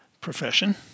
profession